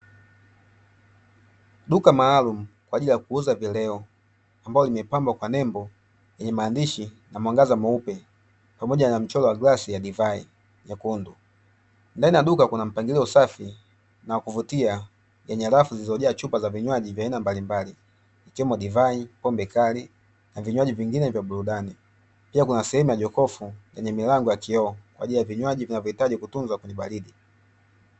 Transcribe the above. Duka maalumu kwaajili ya kuuza vileo ambao limepambwa kwa nembo yenye maandishi na mwangaza mweupe, pamoja na mchoro wa glasi ya divai nyekundu, ndani ya duka kuna mpangilio safi na wakuvutia yenye rafu zilizojaa chupa za vinywaji vya aina mbalimbali ikiwemo divai, pombe kali na vinywaji vingine vya burudani pia kuna sehemu ya jokofu yenye milango ya kioo kwaajili ya vinywaji vinavyohitaji kutuzwa kwenye baridi .